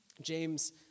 James